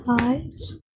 eyes